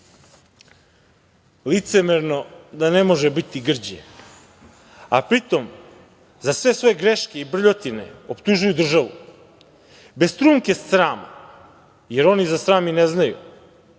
ulicama. Licemerno da ne može biti grđe, a pri tom za sve svoje greške i brljotine optužuju državu, bez trunke srama, jer oni za sram i ne znaju,